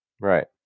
right